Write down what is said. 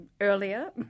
earlier